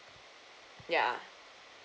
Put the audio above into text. yeah